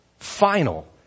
Final